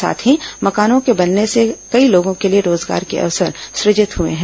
साथ ही मकानों के बनने से कई लोगों के लिए रोजगार के अवसर सृजित हुए हैं